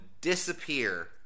disappear